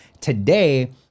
today